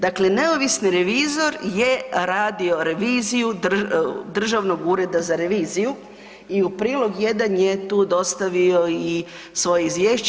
Dakle, neovisni revizor je radio reviziju Državnog ureda za reviziju i u prilog 1 je tu dostavio i svoje izvješće.